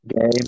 game